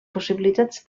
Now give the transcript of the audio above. possibilitats